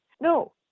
No